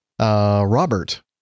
Robert